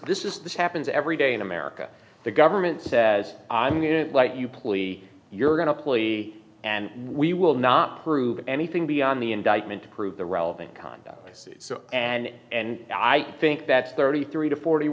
this is this happens every day in america the government says i'm going to let you plea you're going to plea and we will not prove anything beyond the indictment to prove the relevant conduct and i think that's thirty three to forty